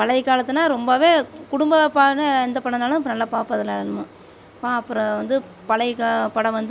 பழைய காலத்துனால் ரொம்பவே குடும்ப பாடுனால் எந்த படம்னாலும் இப்போ நல்லா பார்ப்போம் அதுல அப்புறம் வந்து பழைய கா படம் வந்து